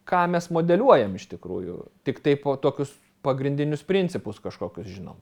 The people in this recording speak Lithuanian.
ką mes modeliuojam iš tikrųjų tiktai po tokius pagrindinius principus kažkokius žinom